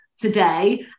Today